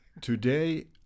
Today